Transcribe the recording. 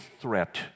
threat